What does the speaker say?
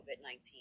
COVID-19